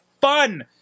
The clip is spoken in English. fun